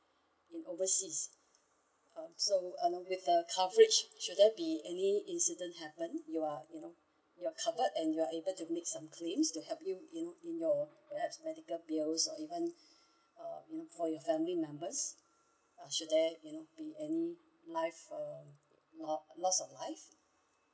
in overseas uh so uh with the coverage shouldn't be any incident happen you are you know you're covered and you are able to make some claims to help you in in in your perhaps medical bills or even uh you know for your family members uh should there you know be any life uh loss loss of life